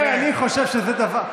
אני חושב שזה דבר,